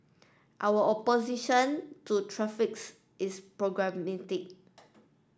our opposition to traffics is pragmatic